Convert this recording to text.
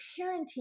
parenting